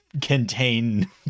contain